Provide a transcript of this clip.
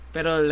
Pero